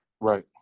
Right